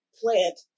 plant